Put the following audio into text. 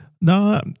No